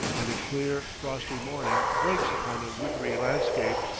and a clear, frosty morning breaks upon a wintry landscape,